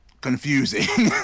Confusing